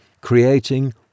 creating